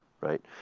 Right